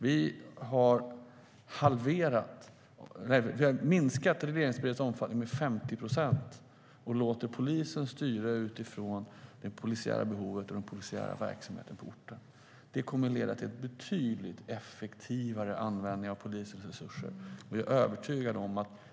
Vi har minskat regleringsbrevets omfattning med 50 procent och låter polisen styra utifrån det polisiära behovet och den polisiära verksamheten på orten. Det kommer att leda till en betydligt effektivare användning av polisens resurser.